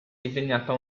disegnata